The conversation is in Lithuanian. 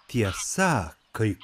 tiesa kai